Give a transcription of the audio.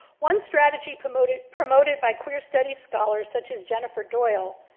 one strategy promoted promoted by queer studies scholars such as jennifer doyle,